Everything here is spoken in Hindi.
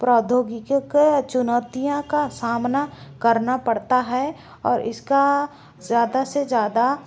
प्रौद्योगिकी को चुनौतियों का सामना करना पड़ता है और इसका ज़्यादा से ज़्यादा